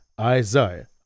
Isaiah